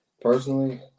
Personally